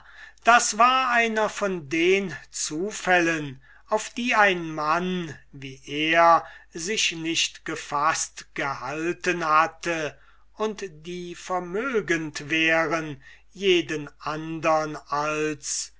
das war einer von den zufällen auf die ein mann wie er sich nicht gefaßt gehalten hatte und die vermögend wären jeden andern als